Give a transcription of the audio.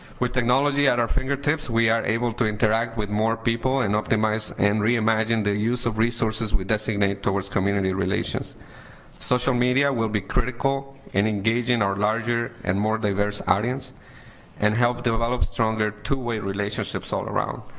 with technology at our fingertips we are able to interact with more people and optimize and reimagine the use of resources with designated towards community relations social media will be critical in engaging or larger and more diverse audience and helped develop stronger two-way relationships all around